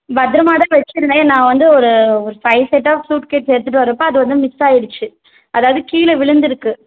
பத்திரமாகதான் வச்சுருந்தேன் நான் வந்து ஒரு ஒரு ஃபைவ் செட் ஆஃப் சுட்கேஸ் எடுத்துகிட்டு வரப்போ அது வந்து மிஸ் ஆகிடுச்சு அதாவது கீழே விழுந்துருக்கு